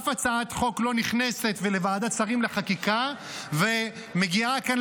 אף הצעת חוק לא נכנסת לוועדת שרים לחקיקה ומגיעה לכאן,